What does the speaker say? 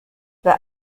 the